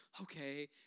Okay